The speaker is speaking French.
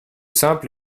simple